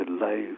life